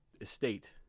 estate